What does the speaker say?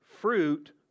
fruit